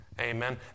Amen